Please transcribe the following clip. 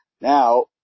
Now